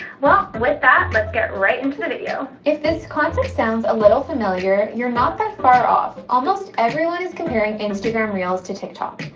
well, with that, let's get right into the video. if this concept sound a little familiar, you're not that far off. almost everyone is comparing instagram reels to tik tok.